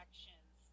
Actions